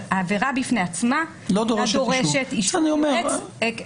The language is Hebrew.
אבל העבירה בפני עצמה אינה דורשת אישור יועץ משפטי.